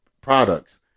products